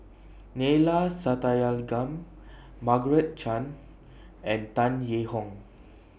Neila Sathyalingam Margaret Chan and Tan Yee Hong